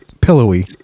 pillowy